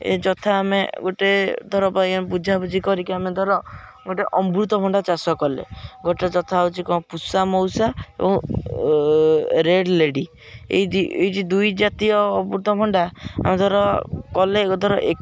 ଏ ଯଥା ଆମେ ଗୋଟେ ଧର କହିଆ ବୁଝାବୁଝି କରିକି ଆମେ ଧର ଗୋଟେ ଅମୃତଭଣ୍ଡା ଚାଷ କଲେ ଗୋଟେ ଯଥା ହଉଛି କଣ ପୁଷା ମଉସା ଏବଂ ରେଡ଼୍ ଲେଡ଼ି ଏଇ ଏଇ ଦୁଇ ଜାତୀୟ ଅମୃତଭଣ୍ଡା ଆମେ ଧର କଲେ ଧର